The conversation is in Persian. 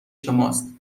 شماست